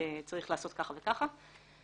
צריך לעשות כך וכך.